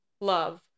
love